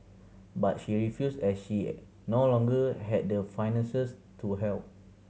but she refused as she no longer had the finances to help